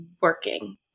working